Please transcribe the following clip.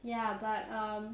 ya but um